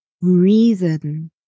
reason